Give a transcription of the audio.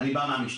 אני בא מהמשטרה.